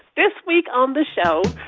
this week on the show,